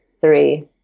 three